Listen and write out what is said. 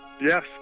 Yes